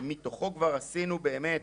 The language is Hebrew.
ומתוכו כבר עשינו באמת